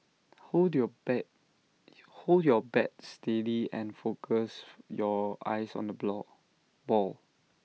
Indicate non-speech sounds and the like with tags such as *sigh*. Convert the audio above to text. hold your bat hold your bat steady and focus your eyes on the *unintelligible* ball